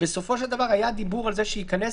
ובסופו של דבר היה דיבור על זה שיכנס